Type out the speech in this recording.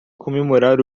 comemorar